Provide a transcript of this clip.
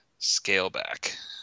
scaleback